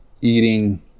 eating